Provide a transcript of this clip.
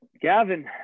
Gavin